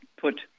put